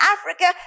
Africa